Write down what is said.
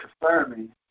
confirming